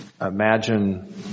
imagine